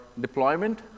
deployment